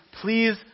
Please